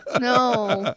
No